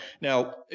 Now